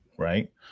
right